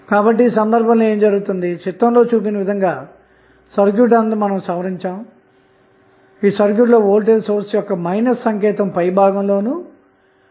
ఇవ్వబడిన సర్క్యూట్ లో లోడ్ కు గరిష్టంగా 3 mW పవర్ ను బదిలీ చేయడానికి అవసరమైన రెసిస్టెన్స్ R యొక్క విలువను మనం కనుక్కోవలసి ఉంది